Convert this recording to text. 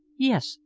yes.